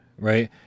right